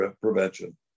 prevention